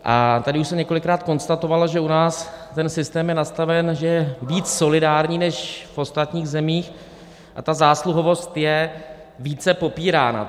A tady už se několikrát konstatovalo, že u nás je ten systém nastaven, že je víc solidární než v ostatních zemích a zásluhovost je více popírána.